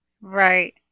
Right